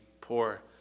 poor